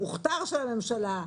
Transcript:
המוכתר של הממשלה,